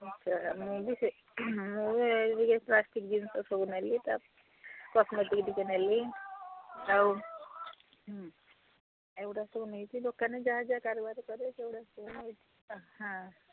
ସେ ମୁଁ ବି ସେ ମୁଁ ବି ପ୍ଲାଷ୍ଟିକ୍ ଜିନିଷ ସବୁ ନେଲି ତା କସ୍ମେଟିକ୍ ଟିକିଏ ନେଲି ଆଉ ଏଗୁଡ଼ା ସବୁ ନେଇଛି ଦୋକାନରେ ଯାହା ଯାହା କାରବାର କରେ ସେଗୁଡ଼ା ସବୁ ନେଇଛି ହଁ